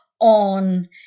on